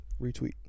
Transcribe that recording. Retweet